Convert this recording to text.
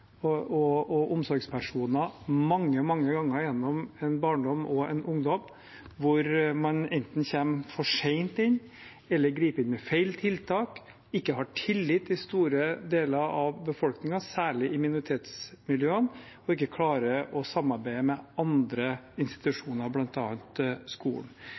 og omsorgspersoner mange, mange ganger gjennom en barndom og en ungdom, der man enten kommer for sent inn eller griper inn med feil tiltak, ikke har tillit i store deler av befolkningen, særlig i minoritetsmiljøene, og ikke klarer å samarbeide med andre institusjoner, bl.a. skolen.